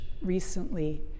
recently